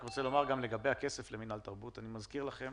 לגבי הכסף למינהל תרבות, אני מזכיר לכם